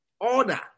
order